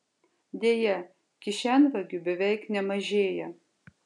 deja kišenvagių beveik nemažėja